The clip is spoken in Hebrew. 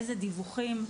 אילו דיווחים.